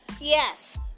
Yes